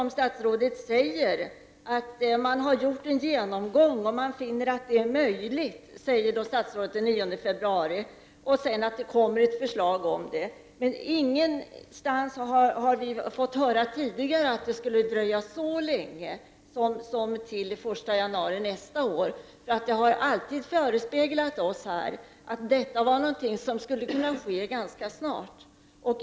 Statsrådet säger att man har gjort en genomgång, och han sade den 9 februari att detta var möjligt och att det skulle komma ett förslag. Men vi har aldrig tidigare fått höra att det skulle dröja så länge som till den 1 januari nästa år. Det har nämligen alltid förespeglats oss att detta skulle kunna ske ganska snart.